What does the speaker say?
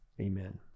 Amen